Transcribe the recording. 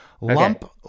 lump